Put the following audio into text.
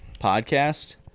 podcast